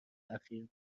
اخیر